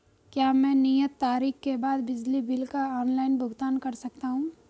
क्या मैं नियत तारीख के बाद बिजली बिल का ऑनलाइन भुगतान कर सकता हूं?